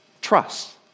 Trust